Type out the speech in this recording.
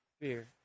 fear